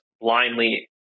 blindly